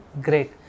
great